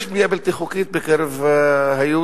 יש בנייה בלתי חוקית בקרב היהודים,